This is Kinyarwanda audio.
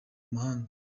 mumahanga